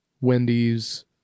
Wendy's